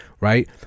right